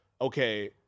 okay